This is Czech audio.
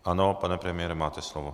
Ano, pane premiére, máte slovo.